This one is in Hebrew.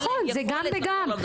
נכון, זה גם וגם.